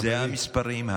זה המספרים.